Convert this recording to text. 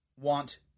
want